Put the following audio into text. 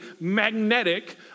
magnetic